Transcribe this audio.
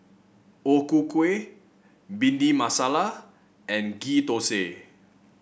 O Ku Kueh Bhindi Masala and Ghee Thosai